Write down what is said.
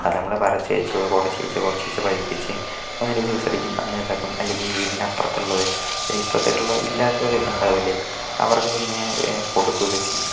അത് നമ്മള് പറിച്ച് വെച്ച് കൊറച്ചീച്ചെ കൊറച്ചീച്ചെ പഴുപ്പിച്ച് ഒന്നല്ലെങ്കിൽ ജ്യൂസടിക്കും അങ്ങൻത്താക്കും അല്ലെങ്കിൽ വീട്ടിൻ്റെ അപ്പുറത്തുള്ളവര് ഇപ്പറത്തേക്കൊള്ള ഇല്ലാത്തവരൊക്കെ ഉണ്ടാവില്ലേ അവർക്കൊക്കെ ഇങ്ങനെ കൊടുക്കുവൊക്കെ ചെയ്യും